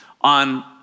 on